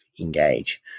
engage